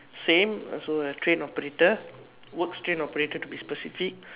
same also a train operator works train operator to be specific